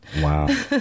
Wow